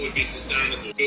be sustainable.